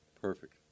Perfect